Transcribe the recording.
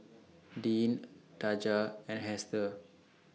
Dean Taja and Hester